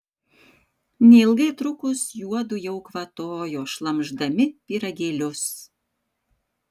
neilgai trukus juodu jau kvatojo šlamšdami pyragėlius